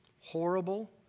Horrible